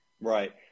Right